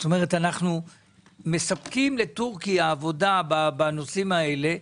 זאת אומרת אנחנו מספקים לטורקיה עבודה בנושאים האלה,